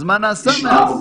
אז מה נעשה מאז?